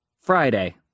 Friday